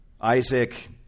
Isaac